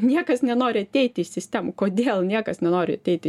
niekas nenori ateiti į sistemą kodėl niekas nenori ateiti